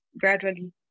gradually